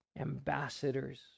ambassadors